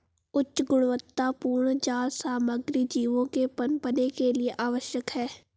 उच्च गुणवत्तापूर्ण जाल सामग्री जीवों के पनपने के लिए आवश्यक है